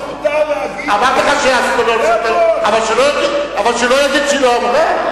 זכותה, אבל שלא יגיד שהיא לא אמרה.